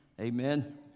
Amen